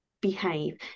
behave